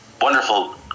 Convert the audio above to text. wonderful